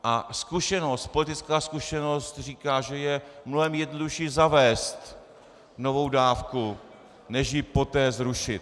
A zkušenost, politická zkušenost říká, že je mnohem jednodušší zavést novou dávku než ji poté zrušit.